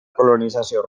colonització